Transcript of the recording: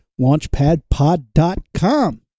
LaunchpadPod.com